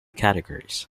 categories